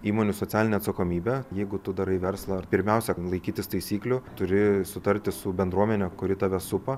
įmonių socialinę atsakomybę jeigu tu darai verslą pirmiausia laikytis taisyklių turi sutarti su bendruomene kuri tave supa